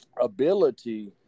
ability